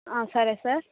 సరే సార్